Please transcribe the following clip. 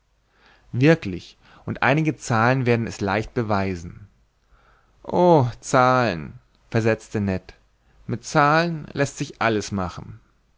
wirklich und einige zahlen werden es leicht beweisen o zahlen versetzte ned mit zahlen läßt sich alles machen